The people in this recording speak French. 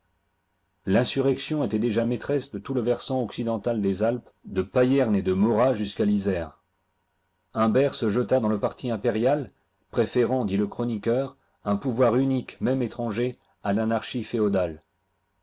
l'insurrection était déjà maîtresse de tout le versant occidental des alpes de p re et de morat jusqu'à l'isère humbert se jeta dans le parti impérial préférant dit le chroniqueur un pouvoir unique môme étranger à l'anarchie féodale